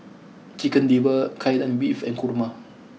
Chicken Liver Kai Lan Beef and Kurma